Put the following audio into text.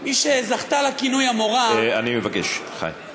היא שזכתה לכינוי "המורה" אני מבקש, חיים.